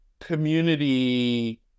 community